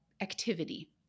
activity